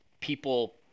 people